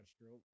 stroke